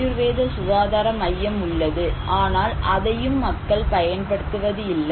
ஆயுர்வேத சுகாதார மையம் உள்ளது ஆனால் அதையும் மக்கள் பயன்படுத்துவதில்லை